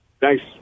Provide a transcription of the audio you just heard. Thanks